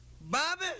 Bobby